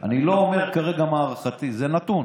אני לא אומר כרגע מה הערכתי, זה נתון.